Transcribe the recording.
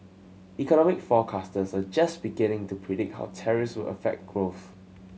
economic forecasters are just beginning to predict how tariffs would affect growth